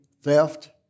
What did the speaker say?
theft